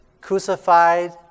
crucified